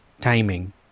Timing